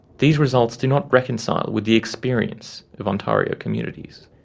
these results do not reconcile with the experience of ontario communities.